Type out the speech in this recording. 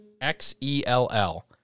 X-E-L-L